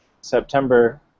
September